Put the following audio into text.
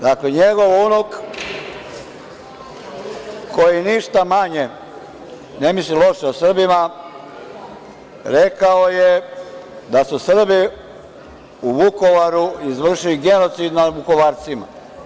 Dakle, njegovo unuk koji ništa manje ne misli loše o Srbima, rekao je da su Srbi u Vukovaru izvršili genocid nad vukovarcima.